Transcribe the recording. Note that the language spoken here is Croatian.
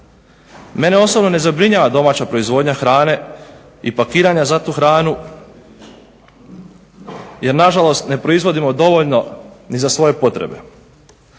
Mene osobno ne zabrinjava domaća proizvodnja hrane i pakiranja za tu hranu jer nažalost ne proizvodimo dovoljno ni za svoje potrebe